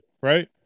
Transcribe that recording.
right